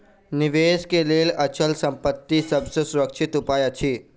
निवेश के लेल अचल संपत्ति सभ सॅ सुरक्षित उपाय अछि